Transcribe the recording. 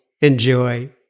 Enjoy